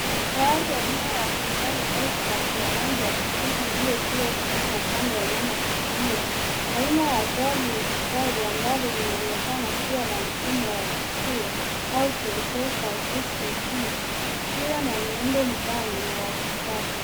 Gari aina ya Subaru Outback ya rangi ya kijivu iliyopigwa kutoka upande wa nyuma kulia. Aina ya gari ni Subaru ambayo inaonekana kuwa na mfumo wa kituo au SUV ikiwa na muundo mpana na wa kisasa.